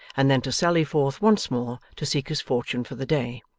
and then to sally forth once more to seek his fortune for the day.